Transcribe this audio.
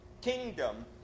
kingdom